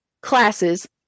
classes